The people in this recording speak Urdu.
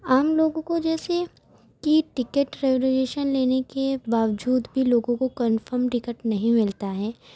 عام لوگوں کو جیسے کہ ٹکٹ ریزرویشن لینے کے باوجود بھی لوگوں کو کنفرم ٹکٹ نہیں ملتا ہے